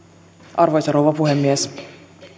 arvoisa rouva puhemies